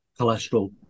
cholesterol